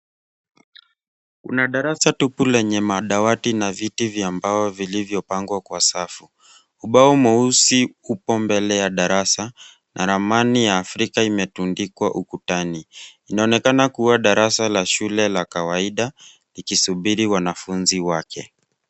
Kuna darasa tupu lenye madawati na viti vya mbao vilivyopangwa kwa safu. Ubao mweusi upo mbele ya darasa na ramani ya Afrika imetundikwa ukutani. Inaonekana kuwa darasa la shule la kawaida, likisubiri wanafunzi wake.